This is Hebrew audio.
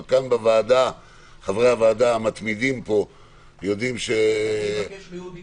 וחברי הוועדה המתמידים פה יודעים --- אני אבקש מאודי